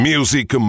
Music